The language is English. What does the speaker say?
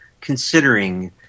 considering